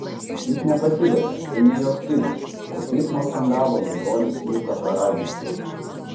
jis nepasidavė tai ne jo stilius prie teismo skandavo jo brolis luka karadžičius